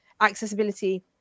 accessibility